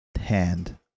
hand